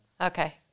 okay